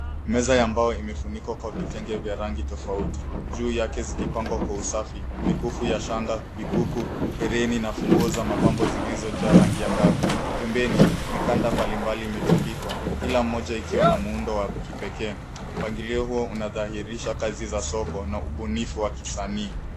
Meza ya mbao imefunikwa kwa vitenge vya rangi tofauti juu yake zikipangwa kwa usafi. Mikufu ya shanga, vikuku, herini na funguo za mapambo zilizojaa rangi angavu. Pembeni mikanda mbalimbali imetundikwa kila mmoja ikiwa na muundo wa kipekee. Mpangilio huo unadhahirisha kazi za soko na ubunifu wa kisanii.